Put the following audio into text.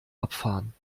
abfahren